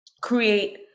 create